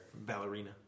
Ballerina